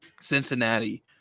Cincinnati